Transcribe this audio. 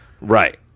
Right